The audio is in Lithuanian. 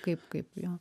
kaip kaip jo